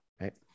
right